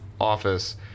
office